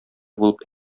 булып